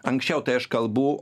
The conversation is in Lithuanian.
anksčiau tai aš kalbu